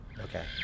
Okay